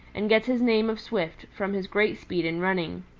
and gets his name of swift from his great speed in running.